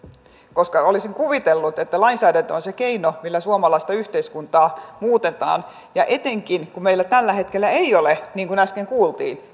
olisin kuvitellut että lainsäädäntö on se keino millä suomalaista yhteiskuntaa muutetaan etenkin kun meillä tällä hetkellä ei ole niin kuin äsken kuultiin